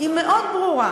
היא מאוד ברורה.